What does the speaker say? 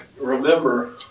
remember